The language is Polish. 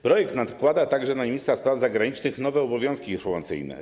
Projekt nadkłada także na ministra spraw zagranicznych nowe obowiązki informacyjne.